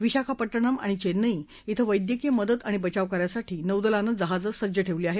विशाखापट्टणम आणि चेन्नई क्रि वैद्यकीय मदत आणि बचावकार्यासाठी नौदलानं जहाजं सज्ज ठेवली आहेत